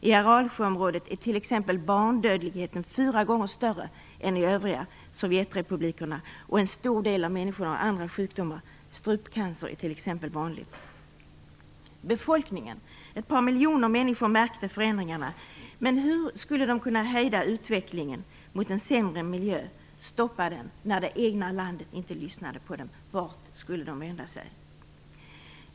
I Aralsjöområdet är t.ex. barnadödligheten fyra gånger större än i de övriga f.d. Sovjetrepublikerna, och en stor del av människorna har andra sjukdomar, t.ex. är strupcancer vanligt. Ett par miljoner människor i befolkningen märkte förändringarna. Men hur skulle de kunna hejda utvecklingen mot en sämre miljö, när det egna landet inte lyssnade på dem? Vart skulle de vända sig?